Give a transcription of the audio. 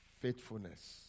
Faithfulness